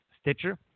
Stitcher